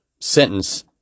sentence